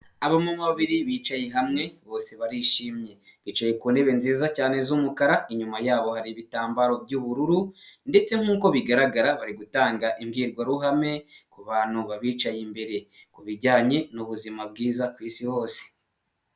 abamama babiri bicaye hamwe, bose barishimye, bicaye ku ntebe nziza cyane z'umukara, inyuma yabo hari ibitambaro by'ubururu ndetse nkuko bigaragara bari gutanga imbwirwaruhame kubantu babicaye imbere, kubijyanye n'ubuzima bwiza ku isi hose.